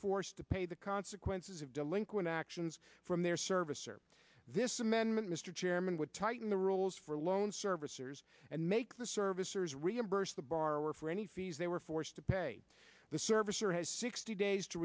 forced to pay the consequences of delinquent actions from their service or this amendment mr chairman would tighten the rules for loan servicers and make the servicers reimburse the borrower for any fees they were forced to pay the servicer has sixty days to